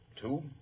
Two